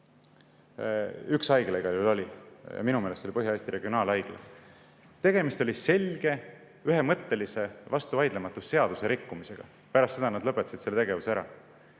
Üks haigla igal juhul oli, minu meelest oli see Põhja-Eesti Regionaalhaigla. Tegemist oli selge, ühemõttelise, vastuvaidlematu seadusrikkumisega. Pärast selle [selgumist] nad lõpetasid selle tegevuse ära.